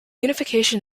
unification